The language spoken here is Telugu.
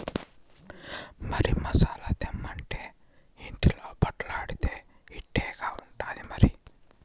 మరి మసాలా తెమ్మంటే ఇంటిలో పొర్లాడితే ఇట్టాగే ఉంటాది మరి